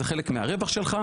זה חלק מהרווח שלך.